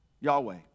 Yahweh